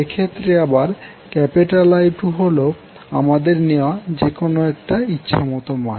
এক্ষেত্রে আবার I2হল আমাদের নেওয়া যেকোনো একটি ইচ্ছামত মান